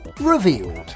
revealed